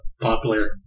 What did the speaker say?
Popular